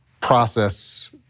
process